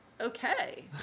okay